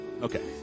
Okay